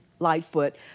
Lightfoot